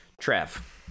Trev